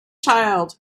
child